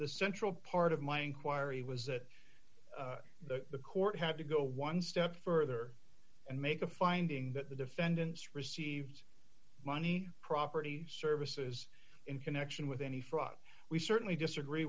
the central part of my inquiry was that the the court had to go one step further and make a finding that the defendants received money property services in connection with any fraud we certainly disagree